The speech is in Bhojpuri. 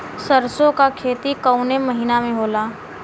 सरसों का खेती कवने महीना में होला?